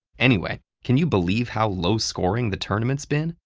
anyway, can you believe how low-scoring the tournament's been?